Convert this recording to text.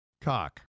Cock